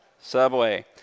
Subway